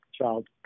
child